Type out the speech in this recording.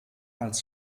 als